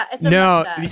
No